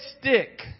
stick